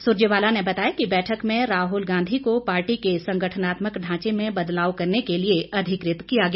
सुरजेवाला ने बताया कि बैठक में राहुल गांधी को पार्टी के संगठनात्मक ढांचे में बदलाव करने के लिए अधिकृत किया गया